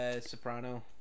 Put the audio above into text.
Soprano